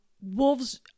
Wolves